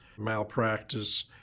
malpractice